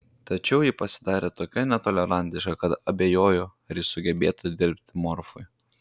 tačiau ji pasidarė tokia netolerantiška kad abejoju ar ji sugebėtų dirbti morfui